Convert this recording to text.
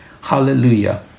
Hallelujah